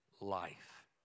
life